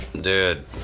dude